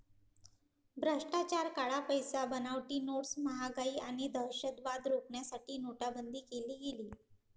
भ्रष्टाचार, काळा पैसा, बनावटी नोट्स, महागाई आणि दहशतवाद रोखण्यासाठी नोटाबंदी केली गेली